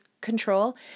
control